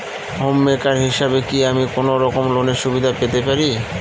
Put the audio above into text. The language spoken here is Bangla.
হোম মেকার হিসেবে কি আমি কোনো রকম লোনের সুবিধা পেতে পারি?